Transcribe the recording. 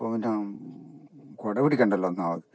ഇപ്പോഴെല്ലാം കുട പിടിക്കണ്ടല്ലോ ഒന്നാമത്